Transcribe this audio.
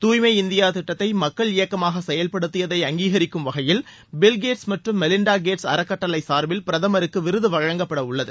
தூய்மை இந்தியா திட்டத்தை மக்கள் இயக்கமாக செயல்படுத்தியதை அங்கீகரிக்கும் வகையில் பில்கேட்ஸ் மற்றும் மெலிண்டா கேட்ஸ் அறக்கட்டளை சார்பில் பிரதமருக்கு விருது வழங்கப்டட உள்ளது